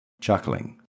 chuckling